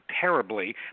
terribly